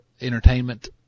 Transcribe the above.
entertainment